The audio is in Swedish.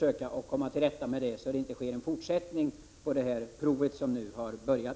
gäller att komma till rätta med problemet så att det inte blir en fortsättning på det prov man nu påbörjat.